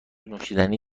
نوشیدنی